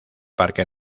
parque